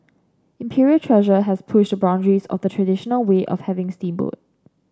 Imperial Treasure has pushed a boundaries of the traditional way of having steamboat